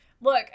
Look